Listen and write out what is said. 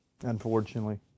unfortunately